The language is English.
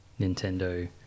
Nintendo